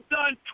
done